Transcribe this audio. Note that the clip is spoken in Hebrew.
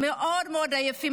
מאוד מאוד עייפים,